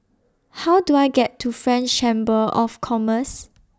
How Do I get to French Chamber of Commerce